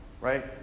right